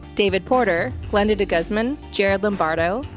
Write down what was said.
david porter, glenda de guzman, jared lombardo,